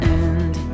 end